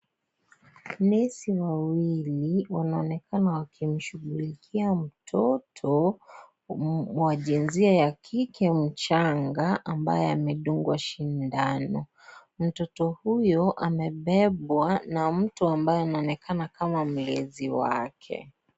Nesi wawili wanaonekana wakimshugulikia mtoto wa jinsia ya kike mchanga ambaye amedungwa shindano, mtoto huyo amebebwa na mtu ambaye anaonekana kama mlezi wake.